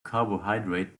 carbohydrate